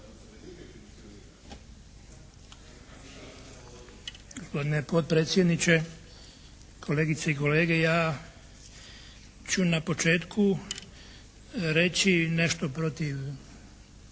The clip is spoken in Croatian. Gospodine potpredsjedniče, kolegice i kolege. Ja ću na početku reći nešto protiv